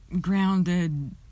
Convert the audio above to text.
grounded